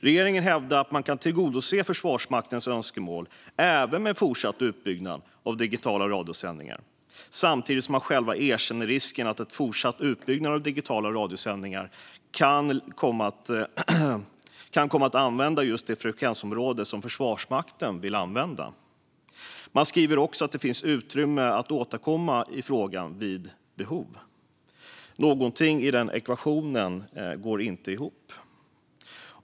Regeringen hävdar att man kan tillgodose Försvarsmaktens önskemål även med fortsatt utbyggnad av digitala radiosändningar, samtidigt som den själv erkänner risken att en fortsatt utbyggnad av digitala radiosändningar kan komma att använda just det frekvensområde som Försvarsmakten vill använda. Den skriver också att det finns utrymme att återkomma i frågan vid behov. Någonting i den ekvationen går inte ihop.